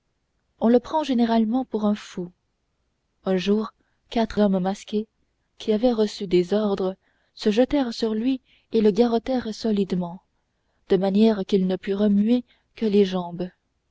on le prend généralement pour un fou un jour quatre hommes masqués qui avaient reçu des ordres se jetèrent sur lui et le garrottèrent solidement de manière qu'il ne put remuer que les jambes